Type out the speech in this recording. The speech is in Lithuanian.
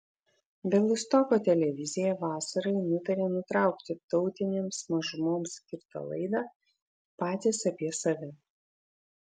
bialystoko televizija vasarai nutarė nutraukti tautinėms mažumoms skirtą laidą patys apie save